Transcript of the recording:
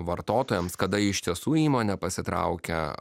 vartotojams kada iš tiesų įmonė pasitraukia